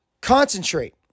concentrate